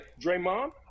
Draymond